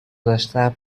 داشتم